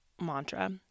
mantra